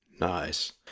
Nice